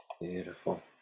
Beautiful